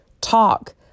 Talk